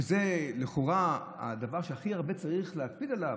שזה לכאורה הדבר שהכי צריך להקפיד עליו,